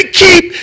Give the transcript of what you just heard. keep